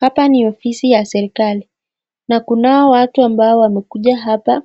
Hapa ni ofisi ya serikali na kunao watu ambao wamekuja hapa